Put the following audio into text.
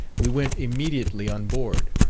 we went immediately on board.